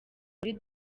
muri